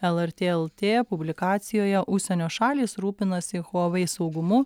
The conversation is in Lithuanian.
lrt lt publikacijoje užsienio šalys rūpinasi huawei saugumu